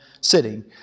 sitting